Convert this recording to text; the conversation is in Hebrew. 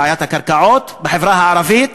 בעיית הקרקעות בחברה הערבית.